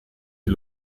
die